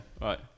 right